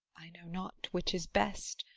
i know not which is best,